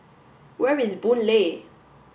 where is Boon Lay